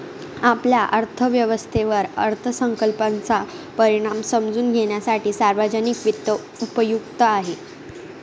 आपल्या अर्थव्यवस्थेवर अर्थसंकल्पाचा परिणाम समजून घेण्यासाठी सार्वजनिक वित्त उपयुक्त आहे